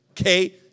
Okay